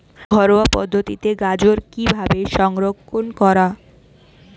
ঘরোয়া পদ্ধতিতে গাজর কিভাবে সংরক্ষণ করা?